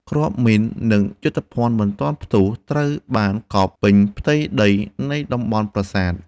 គ្រាប់មីន និងយុទ្ធភណ្ឌមិនទាន់ផ្ទុះត្រូវបានកប់ពេញផ្ទៃដីនៃតំបន់ប្រាសាទ។